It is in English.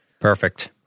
Perfect